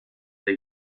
der